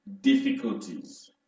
difficulties